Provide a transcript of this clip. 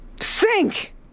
sink